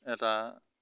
এটা